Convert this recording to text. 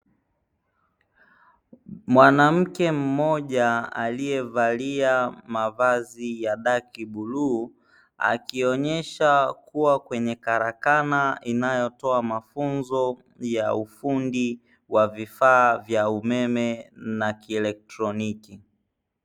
Mwanamke mmoja aliyevalia mavazi ya daki bluu akionyesha kuwa kwenye karakana inayotoa mafunzo ya ufundi wa vifaa vya umeme na kielektroniki